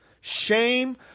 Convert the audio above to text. shame